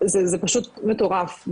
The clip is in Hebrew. זה פשוט מטורף,